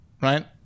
right